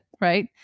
right